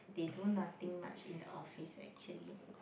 they do nothing much in the office actually